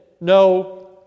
no